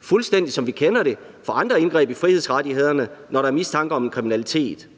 fuldstændig som vi kender det fra andre indgreb i frihedsrettighederne, når der er mistanke om kriminalitet.